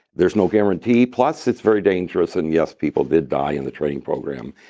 there's no guarantee. plus, it's very dangerous, and yes, people did die in the training program.